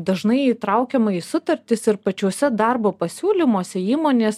dažnai įtraukiama į sutartis ir pačiuose darbo pasiūlymuose įmonės